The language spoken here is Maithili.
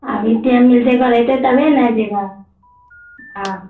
अभी टाइम मिलतै एकर हेतै तभिए ने जएबै हँ